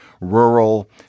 rural